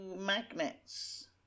magnets